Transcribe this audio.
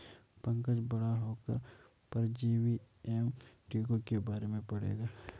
पंकज बड़ा होकर परजीवी एवं टीकों के बारे में पढ़ेगा